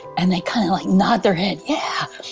and they kind of nod their head yeah